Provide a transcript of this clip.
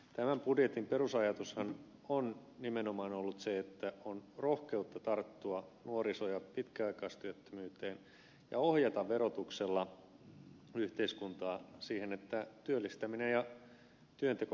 tämän budjetin perusajatushan on nimenomaan ollut se että on rohkeutta tarttua nuoriso ja pitkäaikaistyöttömyyteen ja ohjata verotuksella yhteiskuntaa siihen että työllistäminen ja työnteko kannattaa